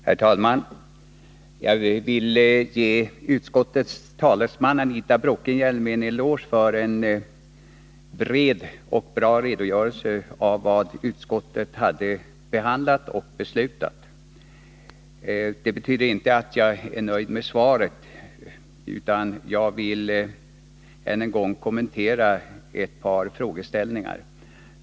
Herr talman! Jag vill ge utskottets talesman Anita Bråkenhielm en eloge för en bred och bra redogörelse för vad utskottet har behandlat och tagit ställning till. Det betyder inte att jag är nöjd med svaret, utan jag vill än en gång kommentera ett par frågeställningar.